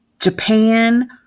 Japan